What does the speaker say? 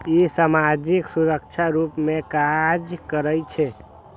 ई सामाजिक सुरक्षाक रूप मे काज करै छै